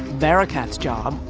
barakat's job,